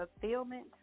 fulfillment